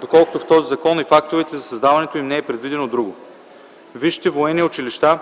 доколкото в този закон и в актовете за създаването им не е предвидено друго. (2) Висшите военни училища